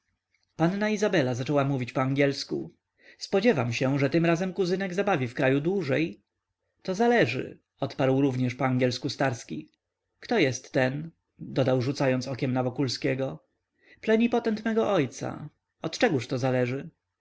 panna izabela zaczęła mówić po angielsku spodziewam się że tym razem kuzynek zabawi w kraju dłużej to zależy odparł również po angielsku starski kto jest ten dodał rzucając okiem na wokulskiego plenipotent mego ojca od czegóż to zależy